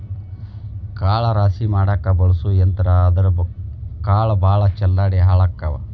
ಕಾಳ ರಾಶಿ ಮಾಡಾಕ ಬಳಸು ಯಂತ್ರಾ ಆದರಾ ಕಾಳ ಭಾಳ ಚಲ್ಲಾಡಿ ಹಾಳಕ್ಕಾವ